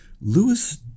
lewis